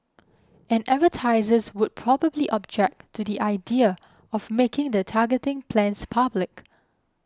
and advertisers would probably object to the idea of making their targeting plans public